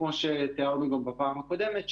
כמו שתיארנו גם בפעם הקודמת,